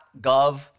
.gov